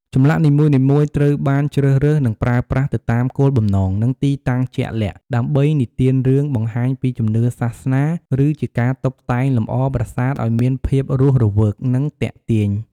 ចម្លាក់នីមួយៗត្រូវបានជ្រើសរើស និងប្រើប្រាស់ទៅតាមគោលបំណង និងទីតាំងជាក់លាក់ ដើម្បីនិទានរឿង បង្ហាញពីជំនឿសាសនា ឬជាការតុបតែងលម្អប្រាសាទឲ្យមានភាពរស់រវើក និងទាក់ទាញ។